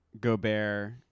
Gobert